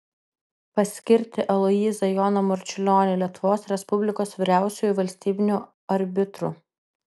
paskirti aloyzą joną marčiulionį lietuvos respublikos vyriausiuoju valstybiniu arbitru